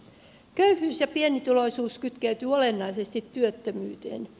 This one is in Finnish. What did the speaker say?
köyhyys ja pienituloisuus kytkeytyvät olennaisesti työttömyyteen